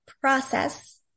process